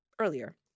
earlier